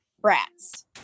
brats